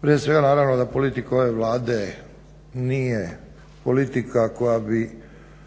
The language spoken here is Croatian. Prije svega naravno da politika ove Vlade nije politika koja bi